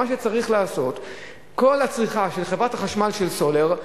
שמה שצריך לעשות זה שכל הצריכה של חברת החשמל של סולר,